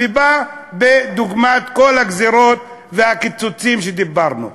וזה בא בדוגמת כל הגזירות והקיצוצים שדיברנו עליהם.